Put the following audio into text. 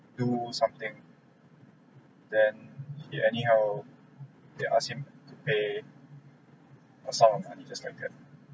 do something then they how they ask him to pay a sum of money just like that